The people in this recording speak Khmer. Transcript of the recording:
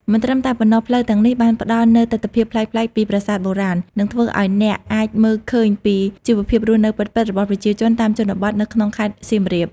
មិនត្រឹមតែប៉ុណ្ណោះ ផ្លូវទាំងនេះបានផ្ដល់នូវទិដ្ឋភាពប្លែកៗពីប្រាសាទបុរាណ និងធ្វើឲ្យអ្នកអាចមើលឃើញពីជីវភាពរស់នៅពិតៗរបស់ប្រជាជនតាមជនបទនៅក្នុងខេត្តសៀមរាប។